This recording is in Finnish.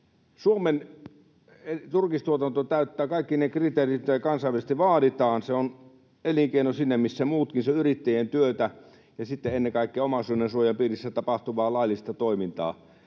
Suomen turkistuotanto täyttää kaikki ne kriteerit, joita kansainvälisesti vaaditaan. Se on elinkeino siinä missä muutkin. Se on yrittäjien työtä ja sitten ennen kaikkea omaisuudensuojan piirissä tapahtuvaa laillista toimintaa.